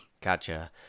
Gotcha